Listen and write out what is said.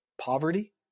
poverty